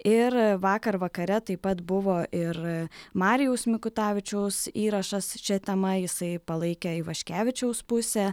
ir vakar vakare taip pat buvo ir marijaus mikutavičiaus įrašas šia tema jisai palaikė ivaškevičiaus pusę